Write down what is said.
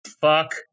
Fuck